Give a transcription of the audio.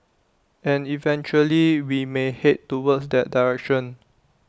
and eventually we may Head towards that direction